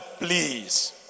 please